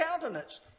countenance